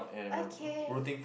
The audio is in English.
okay